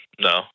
no